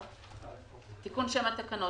תקנה 1 תיקון שם התקנות